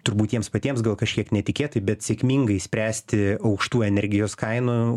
turbūt jiems patiems gal kažkiek netikėtai bet sėkmingai spręsti aukštų energijos kainų